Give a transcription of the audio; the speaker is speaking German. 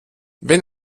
wenn